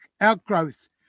outgrowth